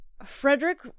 Frederick